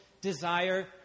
desire